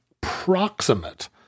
proximate—